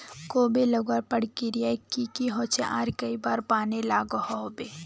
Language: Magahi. कोबी लगवार प्रक्रिया की की होचे आर कई बार पानी लागोहो होबे?